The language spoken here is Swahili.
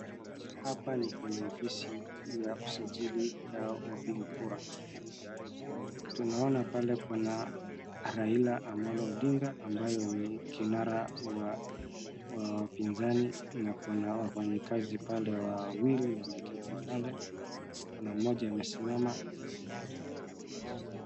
Hapa ni kwenye ofisi ya usajili wa wapiga kura, tunaona pale kuna Raila Amolo Odinga ambaye ni kinara wa upinzani na kuna wafanyikazi pale wawili wameketi pale kuna mmoja amesimama.